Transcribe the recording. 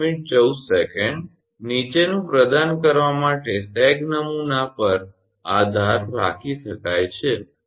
નીચેનું પ્રદાન કરવા માટે સેગ નમૂના પર આધાર રાખી શકાય છે 1